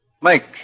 Mike